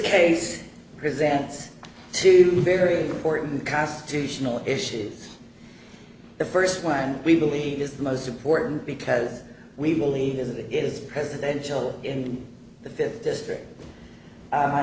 case presents two very important constitutional issues the first one we believe is the most important because we believe that it is presidential in the fifth district